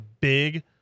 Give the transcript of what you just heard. big